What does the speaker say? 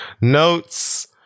notes